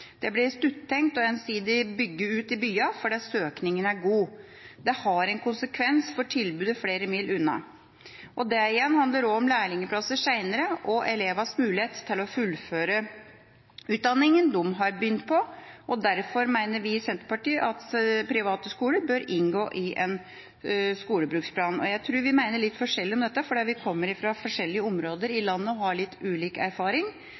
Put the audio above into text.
Det blir korttenkt og ensidig å bygge ut i byene fordi søkningen er god. Det har en konsekvens for tilbudet flere mil unna. Det igjen handler om lærlingplasser senere og om elevenes mulighet til å fullføre utdanningen de har begynt på. Derfor mener vi i Senterpartiet at private skoler bør inngå i en skolebruksplan. Jeg tror vi har litt forskjellige meninger om dette fordi vi kommer fra forskjellige områder i landet og har litt ulik erfaring.